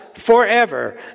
Forever